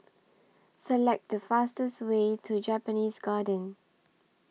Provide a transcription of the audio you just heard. Select The fastest Way to Japanese Garden